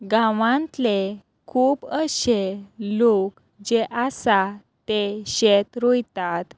गांवांतले खूब अशे लोक जे आसा ते शेत रोयतात